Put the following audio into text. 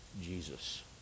Jesus